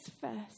first